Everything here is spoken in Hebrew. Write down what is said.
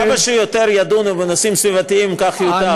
כמה שיותר ידונו בנושאים סביבתיים, כך ייטב.